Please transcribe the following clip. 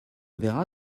verra